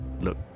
Look